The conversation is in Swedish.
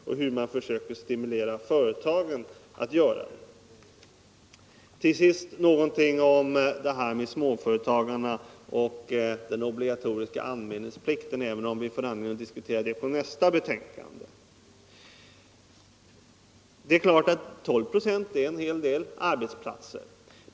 Jag skulle tll sist vilja ta upp något om småföretagen och den obligatoriska anmälningsplikten, även om vi får anledning att diskutera den frågan vid behandlingen av nästa betänkande. Det är klart att 12 ?å är en hel del arbetsplatser.